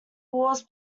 walls